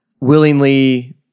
willingly